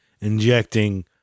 injecting